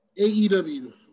AEW